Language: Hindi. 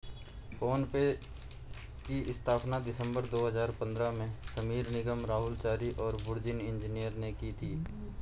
फ़ोन पे की स्थापना दिसंबर दो हजार पन्द्रह में समीर निगम, राहुल चारी और बुर्जिन इंजीनियर ने की थी